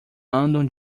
andam